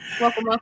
Welcome